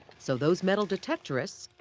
so those metal detectorists,